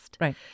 Right